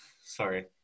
Sorry